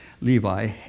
Levi